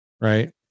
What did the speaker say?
right